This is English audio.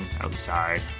outside